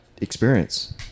experience